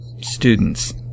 students